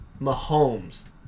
Mahomes